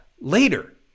later